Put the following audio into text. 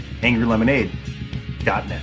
angrylemonade.net